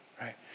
right